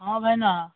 ହଁ ଭାଇନା